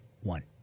one